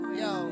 yo